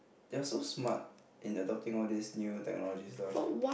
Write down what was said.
they are so smart in adopting all these new technology stuff